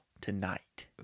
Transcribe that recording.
tonight